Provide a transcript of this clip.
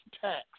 tax